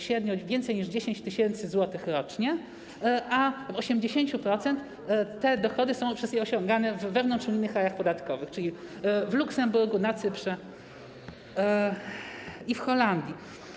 Średnio więcej niż 10 tys. zł rocznie, a w 80% te dochody są przez nie osiągane w innych rajach podatkowych, czyli w Luksemburgu, na Cyprze i w Holandii.